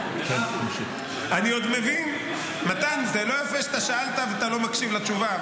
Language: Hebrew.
מתן, זה לא יפה שאתה שאלת ואתה לא מקשיב לתשובה.